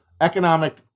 economic